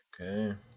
Okay